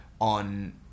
on